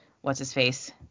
what's-his-face